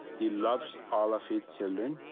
he loves all of his children